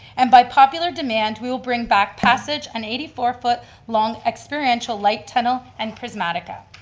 and by popular demand, we will bring back passage, an eighty four foot long experiential light tunnel and prismatica.